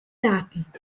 daten